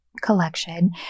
collection